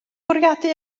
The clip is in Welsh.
bwriadu